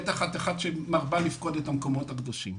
בטח את אחת שמרבה לפקוד את המקומות הקדושים,